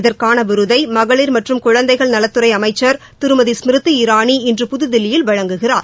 இதற்கான விருதை மகளிர் மற்றும் குழந்தைகள் நலத்துறை அமைச்சர் திருமதி ஸ்மிருதி இரானி இன்று புதுதில்லியில் வழங்குகிறார்